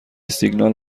سیگنال